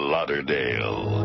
Lauderdale